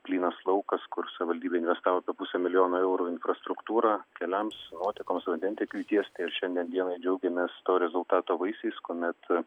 plynas laukas kur savivaldybė investavo apie pusę milijono eurų į infrastruktūrą keliams nuotekoms vandentiekiui tiesti ir šiandien dienai džiaugiamės to rezultato vaisiais kuomet